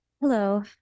Hello